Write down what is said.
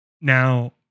Now